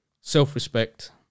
self-respect